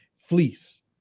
fleece